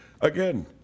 Again